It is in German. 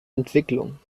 entwicklung